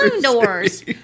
doors